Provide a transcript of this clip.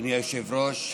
אדוני היושב-ראש,